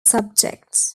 subjects